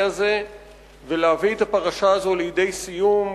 הזה ולהביא את הפרשה הזאת לידי סיום,